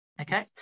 okay